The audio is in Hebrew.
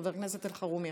חבר הכנסת אלחרומי.